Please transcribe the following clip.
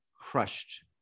crushed